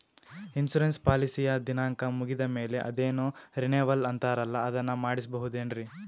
Insurance ಪಾಲಿಸಿಯ ದಿನಾಂಕ ಮುಗಿದ ಮೇಲೆ ಅದೇನೋ ರಿನೀವಲ್ ಅಂತಾರಲ್ಲ ಅದನ್ನು ಮಾಡಿಸಬಹುದೇನ್ರಿ?